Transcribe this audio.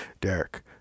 Derek